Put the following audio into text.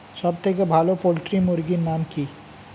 সবথেকে ভালো পোল্ট্রি মুরগির নাম কি?